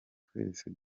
twese